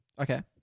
Okay